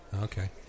Okay